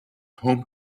home